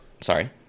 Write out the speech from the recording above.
Sorry